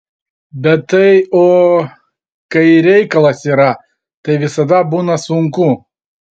bet tai o kai reikalas yra tai visada būna sunku